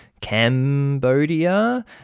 cambodia